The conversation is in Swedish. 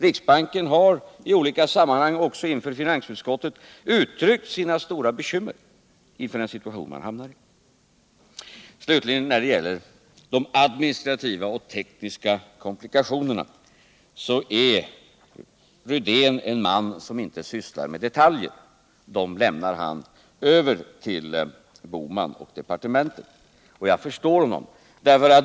Riksbanken har i olika sammanhang, också inför finansutskottet. uttryckt sina stora bekymmer inför den situation man hamnat i. När det slutligen gäller de administrativa och tekniska komplikationerna vill jag säga att Rydén är en man som inte sysslar med detaljer; det får Bohman och departementet göra. Jag förstår honom.